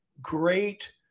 great